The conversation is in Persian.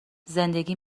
زندگی